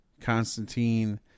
Constantine